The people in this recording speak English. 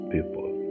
people